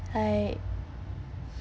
like